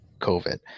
COVID